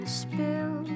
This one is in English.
spill